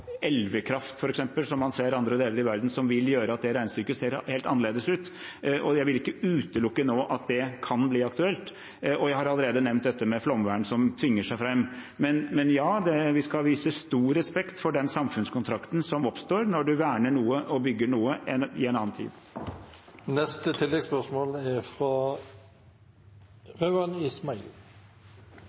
som man ser i andre deler av verden, og som vil gjøre at regnestykket ser helt annerledes ut. Jeg vil ikke utelukke nå at det kan bli aktuelt. Jeg har allerede nevnt flomvern, som tvinger seg fram. Vi skal vise stor respekt for den samfunnskontrakten som oppstår når man verner noe og bygger noe i en annen tid. Rauand Ismail – til oppfølgingsspørsmål. Poenget med vern er